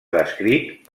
descrit